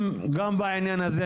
גם בעניין הזה,